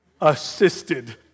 assisted